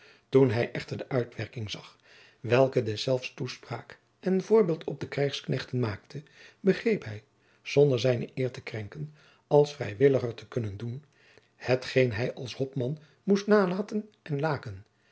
toen hij echter de uitwerking zag welke deszelfs toespraak en voorbeeld op de krijgsknechten maakte begreep hij zonder zijne eer te krenken als vrijwilliger te kunnen doen hetgeen hij als hopman moest nalaten en laken